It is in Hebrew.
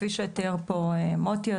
כפי שתיאר פה מוטי,